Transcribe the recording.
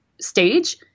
stage